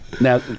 Now